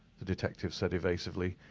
the detective said evasively.